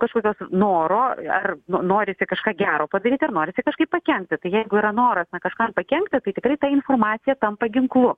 kažkokio noro ar no norisi kažką gero padaryti ar norisi kažkaip pakenkti jeigu yra noras kažkam pakenkti tai tikrai ta informacija tampa ginklu